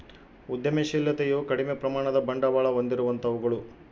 ಉದ್ಯಮಶಿಲತೆಯು ಕಡಿಮೆ ಪ್ರಮಾಣದ ಬಂಡವಾಳ ಹೊಂದಿರುವಂತವುಗಳು